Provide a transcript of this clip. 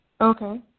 Okay